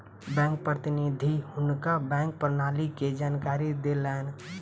bank प्रतिनिधि हुनका bank प्रणाली के जानकारी देलैन